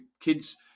kids